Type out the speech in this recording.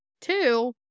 Two